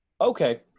Okay